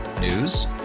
News